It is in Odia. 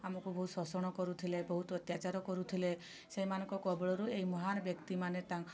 ଆମକୁ ବହୁତ ଶୋଷଣ କରୁଥିଲେ ବହୁତ ଅତ୍ୟାଚାର କରୁଥିଲେ ସେଇମାନଙ୍କ କବଳରୁ ଏଇ ମହାନ୍ ବ୍ୟକ୍ତିମାନେ ତାଙ୍କ